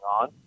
on